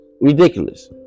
ridiculous